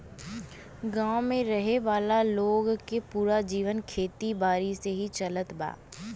गांव में रहे वाला लोग के पूरा जीवन खेती बारी से ही चलत बा